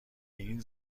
این